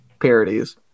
parodies